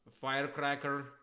Firecracker